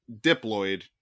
diploid